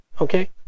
okay